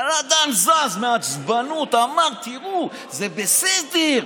בן אדם זז בעצבנות, אמר: תראו, זה בסדר,